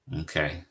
Okay